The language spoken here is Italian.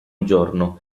giorno